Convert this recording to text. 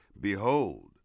behold